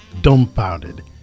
dumbfounded